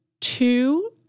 two